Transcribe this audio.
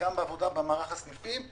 וגם בעבודה במערך הסניפים.